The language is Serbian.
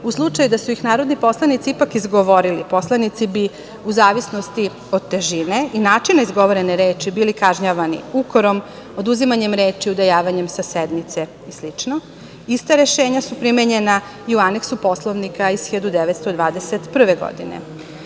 U slučaju da su ih narodni poslanici ipak izgovorili, poslanici bi u zavisnosti od težine i načina izgovorene reči bili kažnjavani ukorom, oduzimanjem reči, udaljavanjem sa sednice i slično. Ista rešenja su primenjena i u Aneksu Poslovnika iz 1921. godine. Vidimo,